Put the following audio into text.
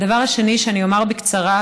הדבר השני שאני אומר בקצרה,